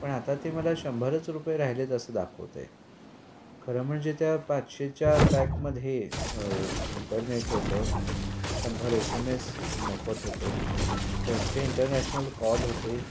पण आता ते मला शंभरच रुपये राहिलेत असं दाखवत आहे खरं म्हणजे त्या पाचशेच्या पॅकमध्ये इंटरनेट होतं शंभर एस एम एस मोफत होते दोनशे इंटरनॅशनल कॉल होते